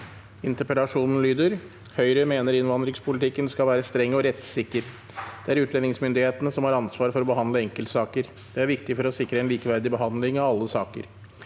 beredskapsministeren: «Høyre mener innvandringspolitikken skal være streng og rettssikker. Det er utlendingsmyndighetene som har ansvar for å behandle enkeltsaker. Det er viktig for å sikre en likeverdig behandling av alle saker.